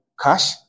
cash